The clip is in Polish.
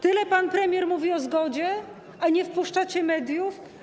Tyle pan premier mówi o zgodzie, a nie wpuszczacie mediów.